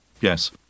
yes